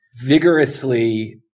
vigorously